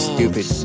Stupid